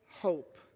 hope